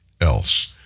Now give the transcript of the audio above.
else